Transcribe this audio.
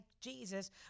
Jesus